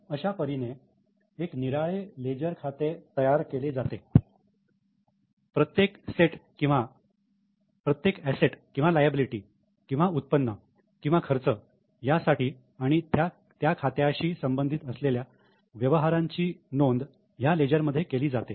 अशा परीने एक निराळे लेजर खाते तयार केले जाते प्रत्येक सेट किंवा लायबिलिटी किंवा उत्पन्न किंवा खर्च यासाठी आणि त्या खात्याशी संबंधित असलेल्या व्यवहारांची नोंद ह्या लेजर मध्ये केली जाते